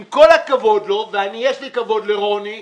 עם כל הכבוד לו, ויש לי כבוד לרוני,